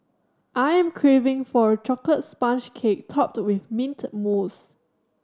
I am craving for a chocolate sponge cake topped with mint mousse